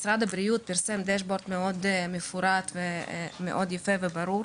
משרד הבריאות פרסם Dashboard מאוד יפה וברור